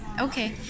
Okay